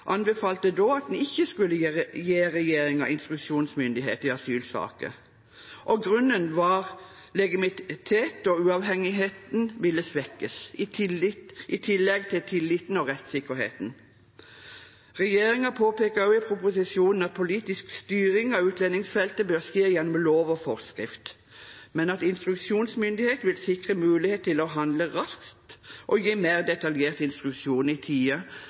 anbefalte da at vi ikke skulle gi regjeringen instruksjonsmyndighet i asylsaker. Grunnen var at legitimiteten og uavhengigheten ville svekkes, i tillegg til tilliten og rettssikkerheten. Regjeringen påpeker også i proposisjonen at politisk styring av utlendingsfeltet bør skje gjennom lov og forskrift, men at instruksjonsmyndighet vil sikre mulighet til å handle raskt og gi mer detaljert instruksjon i